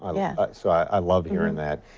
um yeah so i i love hearing that.